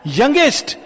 youngest